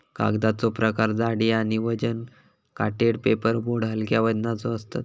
कागदाचो प्रकार जाडी आणि वजन कोटेड पेपर बोर्ड हलक्या वजनाचे असतत